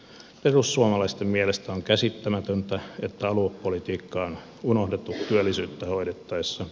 perussuomalaisten mielestä on käsittämätöntä että aluepolitiikka on unohdettu työllisyyttä hoidettaessa